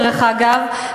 דרך אגב,